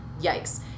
Yikes